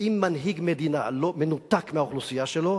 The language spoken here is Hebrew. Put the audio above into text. ואם מנהיג מדינה מנותק מהאוכלוסייה שלו,